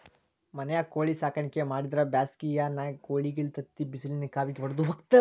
ಮನ್ಯಾಗ ಕೋಳಿ ಸಾಕಾಣಿಕೆ ಮಾಡಿದ್ರ್ ಬ್ಯಾಸಿಗ್ಯಾಗ ಕೋಳಿಗಳ ತತ್ತಿ ಬಿಸಿಲಿನ ಕಾವಿಗೆ ವಡದ ಹೋಗ್ತಾವ